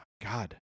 God